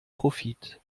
profit